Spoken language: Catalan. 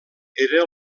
era